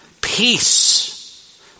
Peace